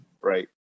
right